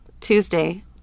Tuesday